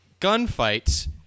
gunfights